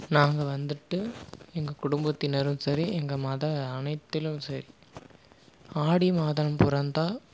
நாங்கள் வந்துட்டு எங்கள் குடும்பத்தினரும் சரி எங்கள் மத அனைத்திலும் சரி ஆடி மாதம் பிறந்தா